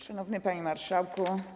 Szanowny Panie Marszałku!